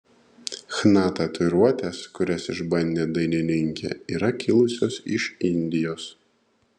chna tatuiruotės kurias išbandė dainininkė yra kilusios iš indijos